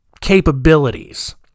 capabilities